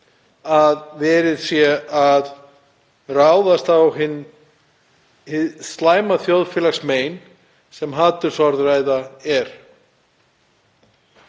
að verið sé að ráðast á það þjóðfélagsmein sem hatursorðræða er.